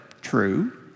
True